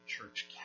Church